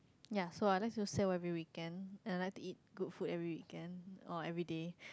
ya so unless it was stay every weekend and I like to eat good food every weekend or everyday